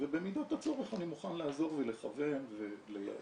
ובמידת הצורך אני מוכן לעזור ולכוון ולייעץ.